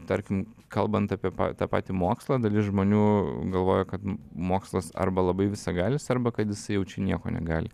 tarkim kalbant apie pa tą patį mokslą dalis žmonių galvoja kad mokslas arba labai visagalis arba kad jisai jau čia nieko negali